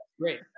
great